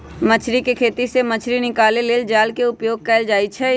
मछरी कें खेति से मछ्री निकाले लेल जाल के उपयोग कएल जाइ छै